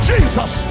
Jesus